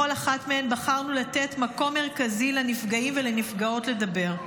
בכל אחת מהן בחרנו לתת מקום מרכזי לנפגעים ולנפגעות לדבר,